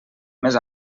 més